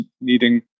needing